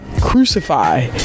crucify